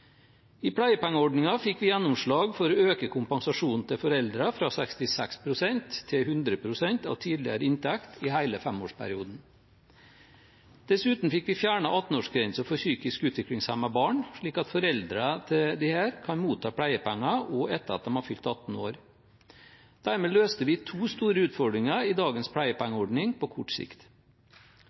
I pleiepengeordningen fikk vi gjennomslag for å øke kompensasjonen til foreldre fra 66 pst. til 100 pst. av tidligere inntekt i hele femårsperioden. Dessuten fikk vi fjernet 18-årsgrensen for psykisk utviklingshemmede barn, slik at foreldrene deres kan motta pleiepenger også etter at de har fylt 18 år. Dermed løste vi to store utfordringer i dagens pleiepengeordning på kort sikt.